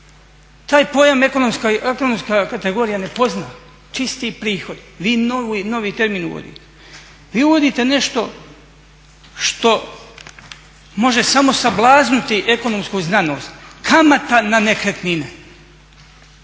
taj pojam ekonomska kategorija ne pozna, čisti prihod. Vi novi termin uvodite. Vi uvodite nešto što može samo sablazniti ekonomsku znanost. Kamata na nekretnine.